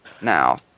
Now